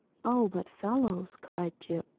oh, but fellows, cried jip,